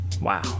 Wow